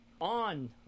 On